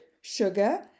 sugar